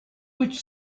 which